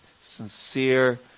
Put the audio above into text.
sincere